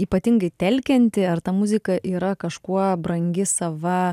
ypatingai telkianti ar ta muzika yra kažkuo brangi sava